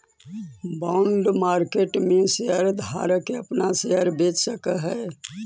bond market में share धारक अपना शेयर बेच सकऽ हई